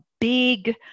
big